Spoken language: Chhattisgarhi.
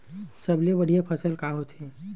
सबले बढ़िया फसल का होथे?